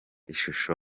ishusho